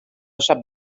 sap